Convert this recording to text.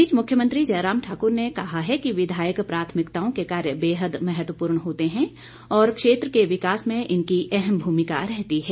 इस बीच मुख्यमंत्री जयराम ठाकुर ने कहा है कि विधायक प्राथमिकताओं के कार्य बेहद महत्वपूर्ण होते हैं और क्षेत्र के विकास में इनकी अहम भूमिका होती है